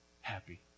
happy